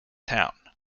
town